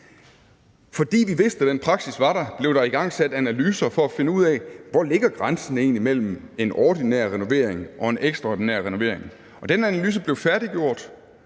Fordi de vidste, at den praksis var der, blev der igangsat analyser for at finde ud af, hvor grænsen mellem en ordinær renovering og en ekstraordinær renovering egentlig ligger. Den analyse blev færdiggjort